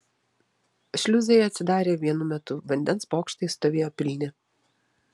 šliuzai atsidarė vienu metu vandens bokštai stovėjo pilni